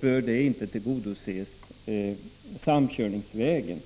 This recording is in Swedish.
bör inte tillgodoses genom samkörningar.